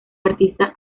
artista